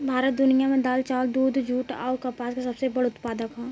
भारत दुनिया में दाल चावल दूध जूट आउर कपास के सबसे बड़ उत्पादक ह